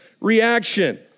reaction